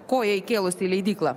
koją įkėlusi į leidyklą